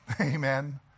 Amen